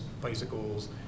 bicycles